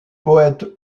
poète